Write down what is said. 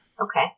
Okay